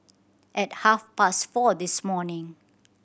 at half past four this morning